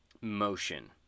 motion